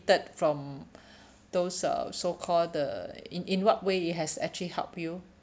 benefited from those uh so call the in in what way it has actually help you